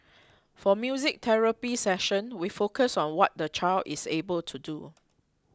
for music therapy session we focus on what the child is able to do